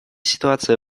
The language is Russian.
ситуация